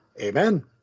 Amen